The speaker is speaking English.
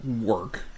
work